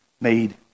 made